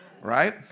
right